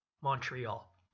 Montreal